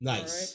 Nice